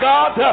God